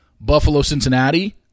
Buffalo-Cincinnati